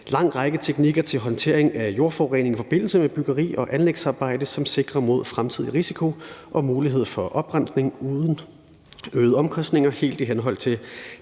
en lang række teknikker til håndtering af jordforurening i forbindelse med byggeri og anlægsarbejde, som sikrer mod en fremtidig risiko, og som giver mulighed for oprensning uden øgede omkostninger, helt i henhold til